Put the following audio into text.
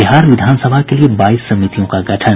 बिहार विधानसभा के लिए बाईस समितियों का गठन